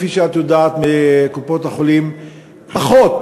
כפי שאת יודעת, מקופות-החולים פחות